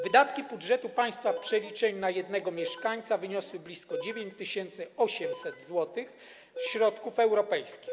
Wydatki budżetu państwa w przeliczeniu na jednego mieszkańca wyniosły blisko 9800 zł środków europejskich.